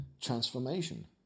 transformation